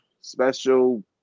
special